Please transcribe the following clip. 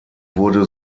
wurde